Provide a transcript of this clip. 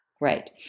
Right